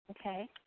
Okay